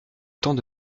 temps